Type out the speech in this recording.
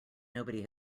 nobody